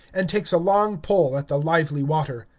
and takes a long pull at the lively water.